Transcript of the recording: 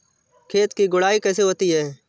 खेत की गुड़ाई कैसे होती हैं?